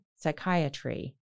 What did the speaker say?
psychiatry